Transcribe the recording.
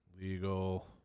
legal